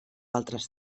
altres